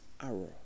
arrow